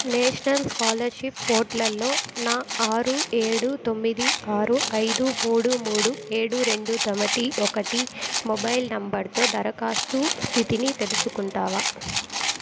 national scholarship పోర్టల్లో నా ఆరు ఏడు తొమ్మిది ఆరు ఐదు ముడు ముడు ఏడు రెండు తొమ్మిది ఒకటి మొబైల్ నంబరుతో దరఖాస్తు స్థితిని తెలుసుకుంటావా